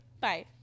Bye